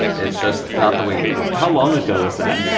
it's just not the way to go. how long ago is that?